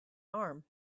arm